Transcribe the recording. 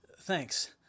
Thanks